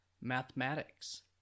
mathematics